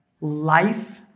life